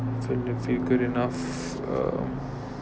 didn't feel good enough uh